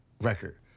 record